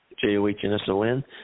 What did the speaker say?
J-O-H-N-S-O-N